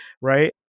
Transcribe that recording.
right